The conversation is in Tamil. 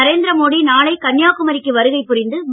நரேந்திர மோடி நாளை கன்னியாகுமரிக்கு வருகை புரிகிறார்